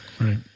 Right